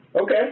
Okay